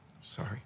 Sorry